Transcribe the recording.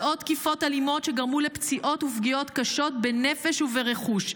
ועוד תקיפות אלימות שגרמו לפציעות ופגיעות קשות בנפש וברכוש.